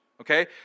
Okay